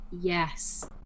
Yes